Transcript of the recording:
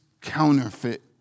counterfeit